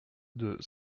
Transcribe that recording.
deux